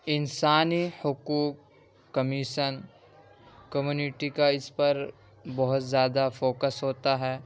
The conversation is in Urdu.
انسانی حقوق کمیشن کمیونٹی کا اس پر بہت زیادہ فوکس ہوتا ہے